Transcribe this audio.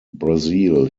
brazil